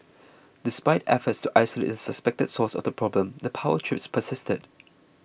despite efforts to isolate the suspected source of the problem the power trips persisted